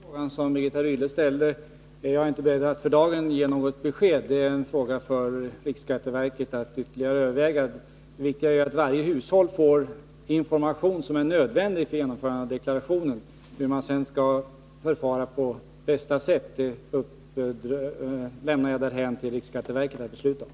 Herr talman! På den senaste frågan som Birgitta Rydle ställde är jag för dagen inte beredd att ge något svar — det är en fråga för riksskatteverket att ytterligare överväga. Det viktiga är att varje hushåll får den information som är nödvändig för upprättandet av deklarationen. Vilket som är bästa sättet att ge den informationen överlämnar jag åt riksskatteverket att besluta om.